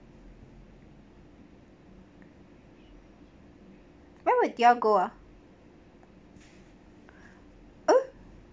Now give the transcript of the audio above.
where would they all go ah oh